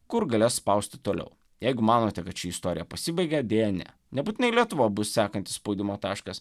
kur galės spausti toliau jeigu manote kad ši istorija pasibaigė deja ne nebūtinai lietuva bus sekantis spaudimo taškas